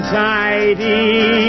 tidy